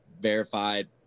verified